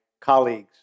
colleagues